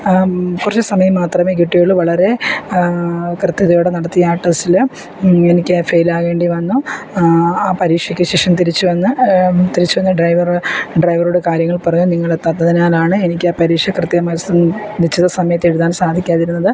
കുറച്ച് സമയം മാത്രമേ കിട്ടിയുള്ളൂ വളരെ കൃത്യതയോടെ നടത്തിയ ആ ടെസ്റ്റിൽ എനിക്ക് ഫെയിൽ ആകേണ്ടി വന്നു ആ പരീക്ഷയ്ക്ക് ശേഷം തിരിച്ചു വന്ന് തിരിച്ചുവന്ന് ഡ്രൈവർ ഡ്രൈവറോട് കാര്യങ്ങൾ പറഞ്ഞു നിങ്ങൾ എത്താതിനാലാണ് എനിക്കാ പരീക്ഷ കൃത്യമാ സ് നിശ്ചിത സമയത്ത് എഴുതാൻ സാധിക്കാതിരുന്നത്